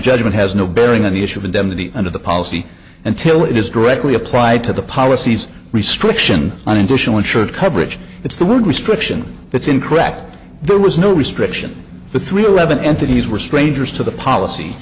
judgment has no bearing on the issue of indemnity under the policy until it is directly applied to the policies restriction on international insured coverage it's the restriction that's incorrect there was no restriction the three eleven entities were strangers to the policy